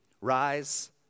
rise